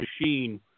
machine